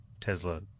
Tesla